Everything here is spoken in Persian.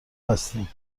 هستیم